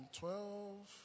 twelve